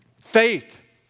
Faith